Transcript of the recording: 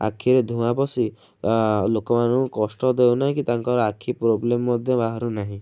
ଆଖିରେ ଧୂଆଁ ପଶି ଲୋକମାନଙ୍କୁ କଷ୍ଟ ଦେଉନାହିଁ କି ତାଙ୍କର ଆଖି ପ୍ରୋବ୍ଲେମ ମଧ୍ୟ ବାହାରୁ ନାହିଁ